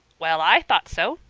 well, i thought so.